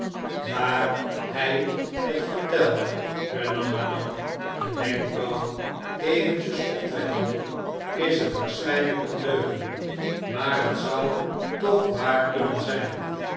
daar hij het vertelde hernam madame de wenkbrauwen eventjes optrekkende ishet waarschn'nln'k eene leugen maar het zou toch waar kunnen zn'n